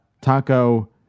taco